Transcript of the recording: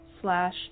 slash